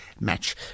match